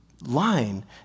line